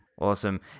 Awesome